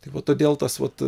tai va todėl tas vat